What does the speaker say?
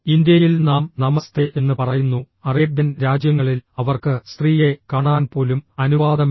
ഇന്ത്യയിൽ നാം നമസ്തേ എന്ന് പറയുന്നു അറേബ്യൻ രാജ്യങ്ങളിൽ അവർക്ക് സ്ത്രീയെ കാണാൻ പോലും അനുവാദമില്ല